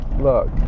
look